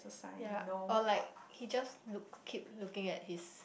ya or like he just look keep looking at his